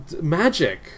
Magic